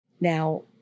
Now